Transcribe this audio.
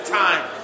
time